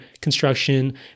construction